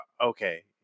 okay